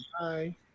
bye